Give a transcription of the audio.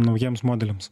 naujiems modeliams